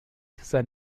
sein